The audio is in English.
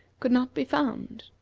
could not be found.